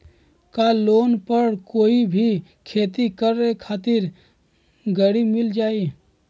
का लोन पर कोई भी खेती करें खातिर गरी मिल जाइ?